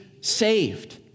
saved